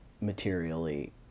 materially